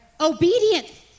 Obedience